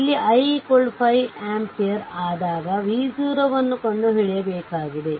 ಇಲ್ಲಿ i 5 ampere ಆದಾಗ v0 ನ್ನು ಕಂಡುಹಿಡಿಯಬೇಕಾಗಿದೆ